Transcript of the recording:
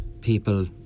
people